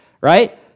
Right